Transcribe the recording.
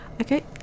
okay